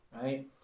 Right